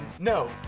No